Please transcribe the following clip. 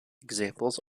examples